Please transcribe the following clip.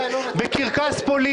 בקרקס פוליטי,